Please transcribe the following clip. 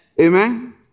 Amen